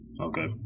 Okay